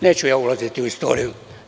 Neću ja ulaziti u istoriju.